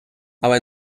але